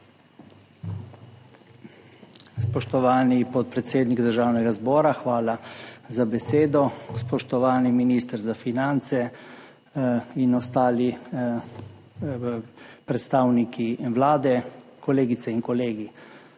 Spoštovani podpredsednik Državnega zbora, hvala za besedo. Spoštovani minister za finance in ostali predstavniki Vlade, kolegice in kolegi!